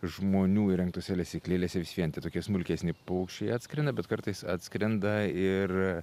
žmonių įrengtose lesyklėlėse vis vien tie tokie smulkesni paukščiai atskrenda bet kartais atskrenda ir